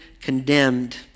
condemned